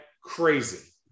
crazy